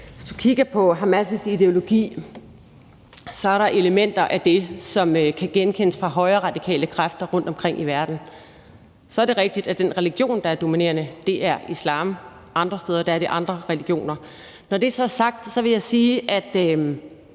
Hvis vi kigger på Hamas' ideologi, er der elementer af det, som kan genkendes fra højreradikale kræfter rundtomkring i verden. Så er det rigtigt, at den religion, der er dominerede, er islam. Andre steder er det andre religioner. Når det så er sagt, vil jeg sige, måske